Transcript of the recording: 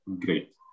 great